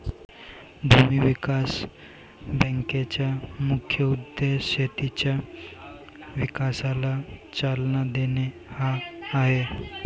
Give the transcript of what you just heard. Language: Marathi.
भूमी विकास बँकेचा मुख्य उद्देश शेतीच्या विकासाला चालना देणे हा आहे